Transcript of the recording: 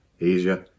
Asia